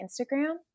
Instagram